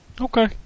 Okay